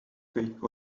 kõik